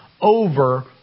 over